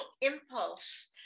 impulse